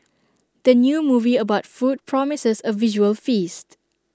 the new movie about food promises A visual feast